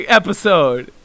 episode